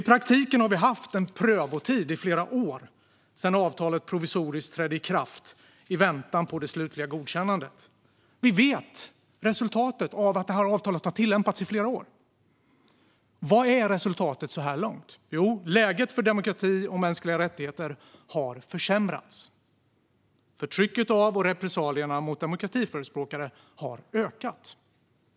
I praktiken har vi haft en prövotid i flera år sedan avtalet provisoriskt trädde i kraft i väntan på det slutliga godkännandet. Vi vet resultatet av att avtalet har tillämpats i flera år. Vad är resultatet så här långt? Jo, läget för demokrati och mänskliga rättigheter har försämrats. Förtrycket av och repressalierna mot demokratiförespråkare har ökat.